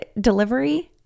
delivery